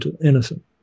innocent